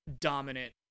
dominant